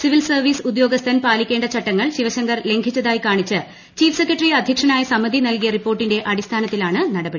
civil service ഉദ്യോഗസ്ഥൻ പാലിക്കേണ്ട ചട്ടങ്ങൾ ശിവശങ്കർ ലംഘിച്ചതായി കാണിച്ച് ചീഫ് സെക്രട്ടറി അദ്ധ്യക്ഷനായ സമിതി നൽകിയ റിപ്പോർട്ടിന്റെ അടിസ്ഥാനത്തിലാണ് നടപടി